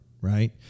right